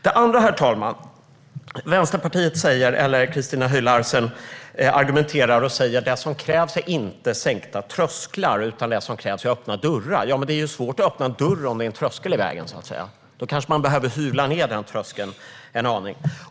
Det andra, herr talman, är att Christina Höj Larsen säger att det som krävs inte är sänkta trösklar utan öppna dörrar. Men det är svårt att öppna en dörr om det är en tröskel i vägen, så att säga. Då kanske man behöver hyvla ned den tröskeln en aning.